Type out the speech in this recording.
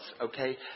Okay